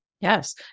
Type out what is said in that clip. Yes